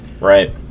Right